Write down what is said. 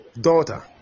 daughter